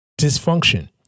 dysfunction